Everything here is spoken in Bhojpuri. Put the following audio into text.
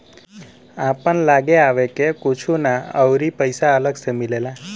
आपन लागे आवे के कुछु ना अउरी पइसा अलग से मिलेला